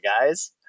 guys